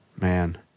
Man